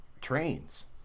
trains